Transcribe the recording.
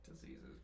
diseases